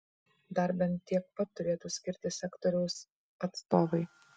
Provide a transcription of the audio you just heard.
dar bent tiek pat turėtų skirti sektoriaus atstovai